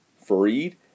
Farid